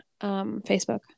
facebook